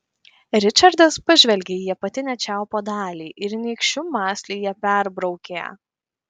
ričardas pažvelgė į apatinę čiaupo dalį ir nykščiu mąsliai ją perbraukė